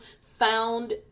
found